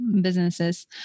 businesses